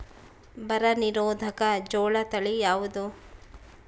ಬರ ನಿರೋಧಕ ಜೋಳ ತಳಿ ಯಾವುದು?